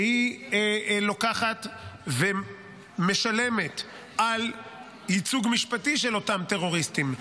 שהיא לוקחת ומשלמת על ייצוג משפטי של אותם טרוריסטים,